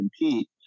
compete